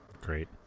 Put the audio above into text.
Great